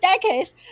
decades